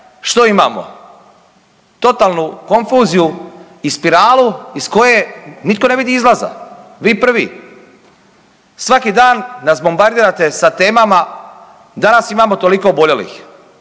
što imamo, totalnu konfuziju i spiralu iz koje nitko ne vidi izlaza, vi prvi. Svaki dan nas bombardirate sa temama danas imamo toliko oboljelih,